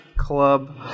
club